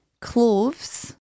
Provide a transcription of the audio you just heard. cloves